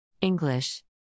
English